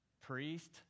priest